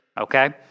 okay